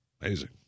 Amazing